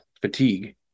fatigue